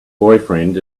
boyfriend